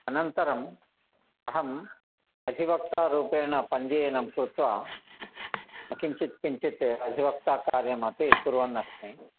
अनन्तरम् अहम् अधिवक्तारूपेण पञ्जीयनं कृत्वा किञ्चित् किञ्चित् अधिवक्ताकार्यम् अपि कुर्वन्नस्मि